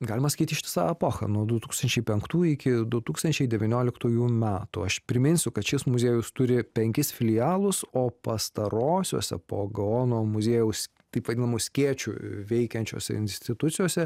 galima sakyt ištisą epochą nuo du tūkstančiai penktų iki du tūkstančiai devynioliktųjų metų aš priminsiu kad šis muziejus turi penkis filialus o pastarosiose po gaono muziejaus taip vadinamu skėčiu veikiančiose institucijose